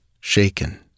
shaken